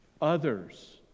others